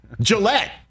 Gillette